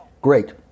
great